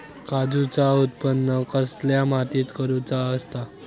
काजूचा उत्त्पन कसल्या मातीत करुचा असता?